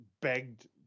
begged